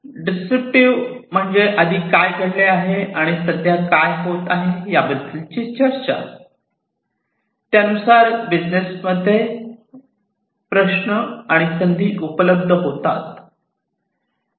descriptive म्हणजे आधी काय घडले आहे आणि सध्या काय होत आहे याबद्दलची चर्चा त्यानुसार बिजनेस मध्ये प्रश्न आणि संधी उपलब्ध होता